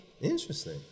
Interesting